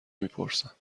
میپرسم